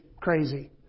crazy